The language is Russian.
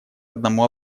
одному